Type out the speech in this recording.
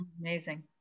amazing